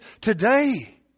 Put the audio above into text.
today